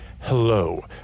hello